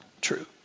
true